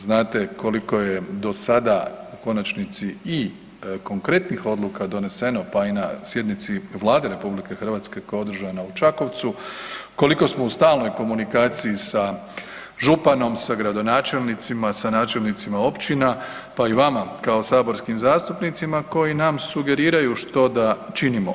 Znate koliko je do sada u konačnici i konkretnih odluka doneseno, pa i na sjednici Vlade RH koja je održana u Čakovcu, koliko smo u stalnoj komunikaciji sa županom, sa gradonačelnicima, sa načelnicima općina, pa i vama kao saborskim zastupnicima koji nam sugeriraju što da činimo.